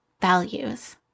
values